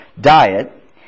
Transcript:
diet